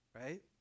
right